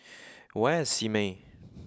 where is Simei